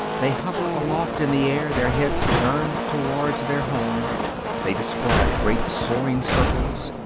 they hover aloft in the air, their heads turned towards their home they describe great soaring circles,